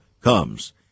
comes